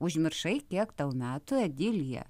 užmiršai kiek tau metų edilija